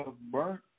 burnt